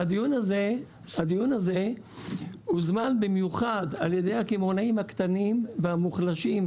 והדיון הזה הוזמן במיוחד על ידי הקמעונאים הקטנים והמוחלשים,